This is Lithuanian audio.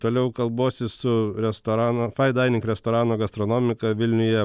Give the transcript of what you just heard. toliau kalbuosi su restorano fine dining restorano gastronomika vilniuje